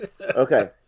Okay